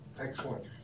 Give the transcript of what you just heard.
Excellent